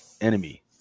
enemy